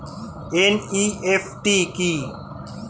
NEFT কি?